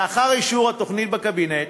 לאחר אישור התוכנית בקבינט,